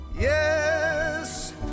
Yes